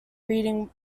reading